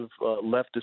leftist